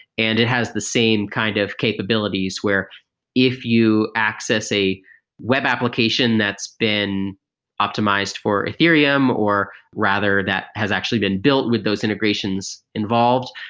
and it has the same kind of capabilities where if you access a web application that's been optimized for ethereum or rather that has actually been built with those integrations involved,